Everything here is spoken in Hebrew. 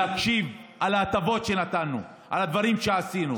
להקשיב להטבות שנתנו, לדברים שעשינו.